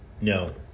no